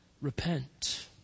Repent